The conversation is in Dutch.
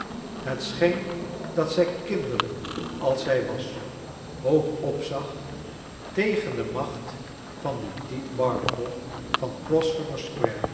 scheen dat zij kinderlijk als zij was hoog opzag tegen de macht van dien tite barnacle van